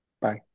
bye